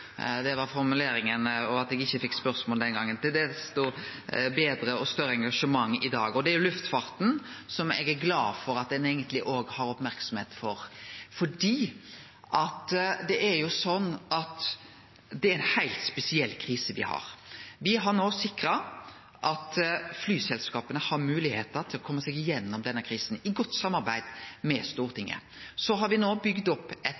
Det var formuleringa fordi eg ikkje fekk spørsmål den gongen. Det er desto betre og større engasjement i dag. Eg er glad for at ein har merksemd om luftfarten. Det er ei heilt spesiell krise me har. Me har no sikra at flyselskapa har moglegheit for å kome seg gjennom denne krisa, i godt samarbeid med Stortinget. Så har me no bygd opp eit